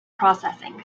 processing